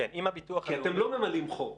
כי אם לא ממלאים חור,